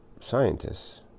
scientists